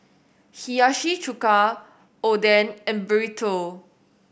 Hiyashi Chuka Oden and Burrito